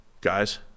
guys